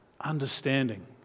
understanding